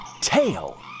tail